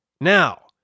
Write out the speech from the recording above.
Now